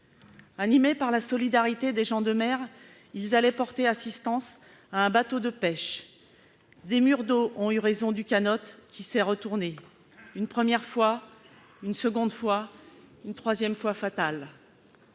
Animés par la solidarité des gens de mer, ils allaient porter assistance à un bateau de pêche. Des murs d'eau ont eu raison du canot qui s'est retourné, une première fois, une deuxième et une troisième, fatale.